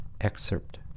excerpt